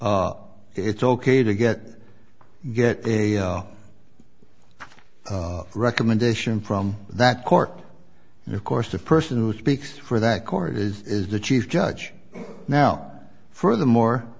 it's ok to get get a a recommendation from that court and of course the person who speaks for that court is is the chief judge now furthermore